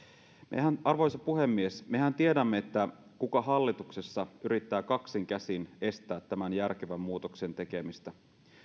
arvoisa puhemies mehän tiedämme kuka hallituksessa yrittää kaksin käsin estää tämän järkevän muutoksen tekemistä